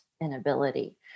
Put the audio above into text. inability